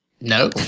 No